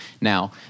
Now